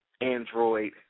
Android